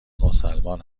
مسلمان